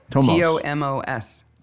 T-O-M-O-S